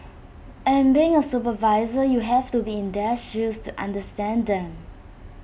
and being A supervisor you have to be in their shoes to understand them